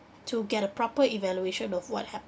to get a proper evaluation of what